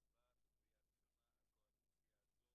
הוא אמר: מדובר בסך הכול על שני מיליארד שקל.